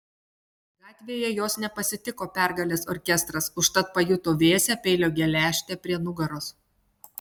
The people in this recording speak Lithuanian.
gatvėje jos nepasitiko pergalės orkestras užtat pajuto vėsią peilio geležtę prie nugaros